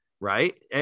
right